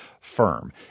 firm